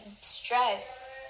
stress